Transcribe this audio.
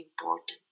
important